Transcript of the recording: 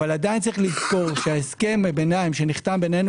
אך יש לזכור שהסכם הביניים שנחתם בינינו